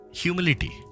humility